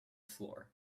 floor